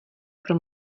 pro